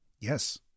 Yes